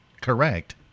Correct